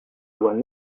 doit